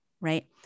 right